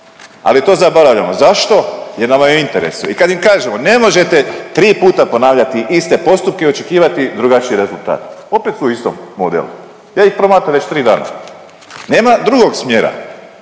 Ali to zaboravljamo. Zašto? Jer nam je u interesu. I kad im kažemo ne možete tri puta ponavljati iste postupke i očekivati drugačiji rezultat. Opet su u istom modelu. Ja ih promatram već tri dana. Nema drugog smjera.